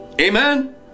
Amen